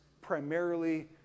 primarily